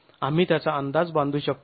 आम्ही त्याचा अंदाज बांधू शकतो का